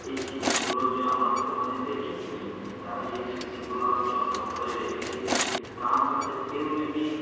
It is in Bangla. এই জিনিসগুলো যে আমরা তো কোনো দিন দেখিনি তার এই স্মৃতিগুলো আমি যত্ন করে রেখে দিই তার মধ্যে কেউ যদি